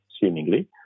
seemingly